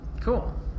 Cool